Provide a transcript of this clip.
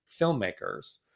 filmmakers